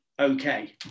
okay